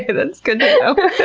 that's good to know.